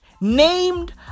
named